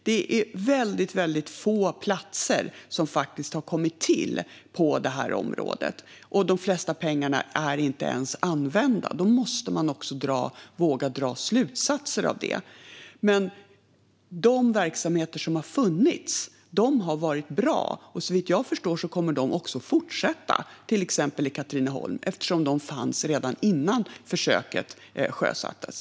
Det är faktiskt väldigt få platser som har kommit till på detta område, och de flesta pengar är inte ens använda. Då måste man våga dra slutsatser av det. Men de verksamheter som har funnits har varit bra, och såvitt jag förstår kommer de att fortsätta, till exempel i Katrineholm, eftersom de fanns redan innan försöket sjösattes.